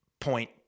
point